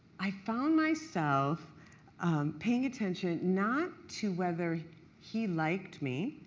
i found myself paying attention not to whether he liked me,